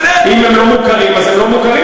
אם הם לא מוכרים אז הם לא מוכרים.